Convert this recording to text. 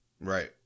Right